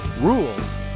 Rules